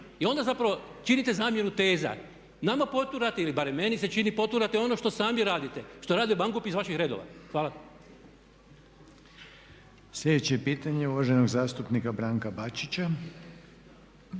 I onda zapravo činite zamjenu teza. Nama poturate ili barem meni se čini poturate ono što sami radite, što rade mangupi iz vaših redova. Hvala. **Reiner, Željko (HDZ)** Sljedeće pitanje je uvaženog zastupnika Branka Bačića.